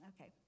okay